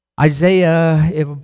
Isaiah